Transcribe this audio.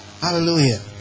Hallelujah